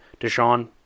Deshaun